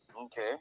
Okay